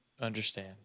Understand